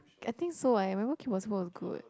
I think so eh I remember Kim Possible was good